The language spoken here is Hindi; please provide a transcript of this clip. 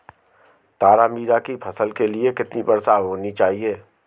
तारामीरा की फसल के लिए कितनी वर्षा होनी चाहिए?